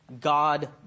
God